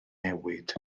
newid